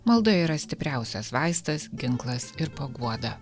malda yra stipriausias vaistas ginklas ir paguoda